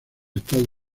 estados